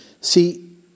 See